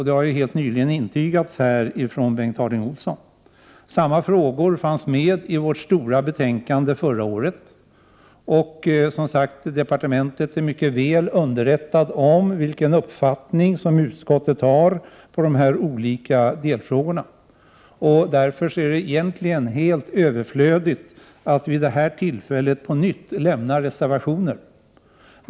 Det har också helt nyligen här intygats av Bengt Harding Olson. Samma frågor fanns med i vårt stora betänkande förra året. Departementet är som sagt mycket väl underrättat om vilken uppfattning utskottet har i de olika delfrågorna. Därför är det egentligen helt överflödigt att vid det här tillfället på nytt avge reservationer.